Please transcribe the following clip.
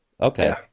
Okay